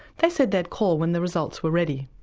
they said they'd call when the results were ready.